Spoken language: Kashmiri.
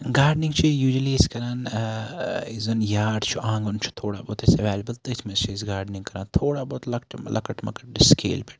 گاڈنِٛگ چھِ یوٗجؤلی أسۍ کران یُس زَن یاڈ چھُ آنگُن چھُ تھوڑا بہت ایویلیبٔل تٔتھۍ منٛز چھِ أسۍ گاڈِنٛگ کران تھوڑا بہت لۄکٔٹ موکٔٹہِ سِکیٚلہِ پیٚٹھ